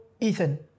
Ethan